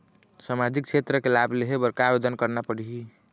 सामाजिक क्षेत्र के लाभ लेहे बर का आवेदन करना पड़ही?